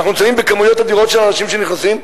יש כמויות אדירות של אנשים שנכנסים,